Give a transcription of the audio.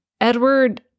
Edward